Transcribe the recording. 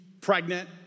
pregnant